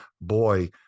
boy